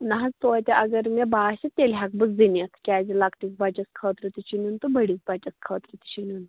نہَ حظ توتہِ اگر مےٚ باسہِ تیٚلہِ ہٮ۪کہٕ بہٕ زٕ نِتھ کیٛازِ لَکٹِس بَچَس خٲطرٕ تہِ چھُ نِیُن تہٕ بٔڈِس بَچَس خٲطرٕ تہِ چھُ نِیُن